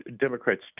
Democrats